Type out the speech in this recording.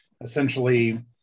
essentially